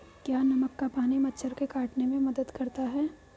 क्या नमक का पानी मच्छर के काटने में मदद करता है?